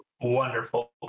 wonderful